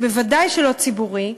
ובוודאי שלא ציבורי.